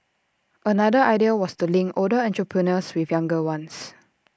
another idea was to link older entrepreneurs with younger ones